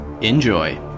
Enjoy